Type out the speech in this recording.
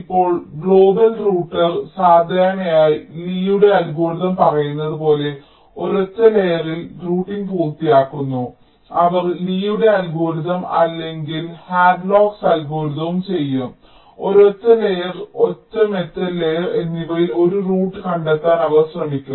ഇപ്പോൾ global router സാധാരണയായി ലീയുടെ അൽഗോരിതം Lee's algorithm പറയുന്നത് പോലെ ഒരൊറ്റ ലെയറിൽ റൂട്ടിംഗ് പൂർത്തിയാക്കുന്നു അവർ ലീയുടെ അൽഗോരിതം അല്ലെങ്കിൽ ഹാഡ്ലോക്കിന്റെ അൽഗോരിതംHadlock's algorithm ചെയ്യും ഒരൊറ്റ ലെയർ ഒറ്റ മെറ്റൽ ലെയർ എന്നിവയിൽ ഒരു റൂട്ട് കണ്ടെത്താൻ അവർ ശ്രമിക്കും